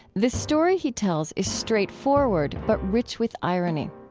the story he tells is straightforward but rich with irony.